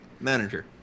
manager